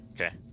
Okay